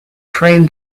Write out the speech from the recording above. train